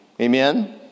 Amen